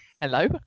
Hello